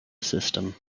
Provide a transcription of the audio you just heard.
system